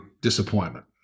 disappointment